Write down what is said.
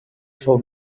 seu